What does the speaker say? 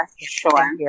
sure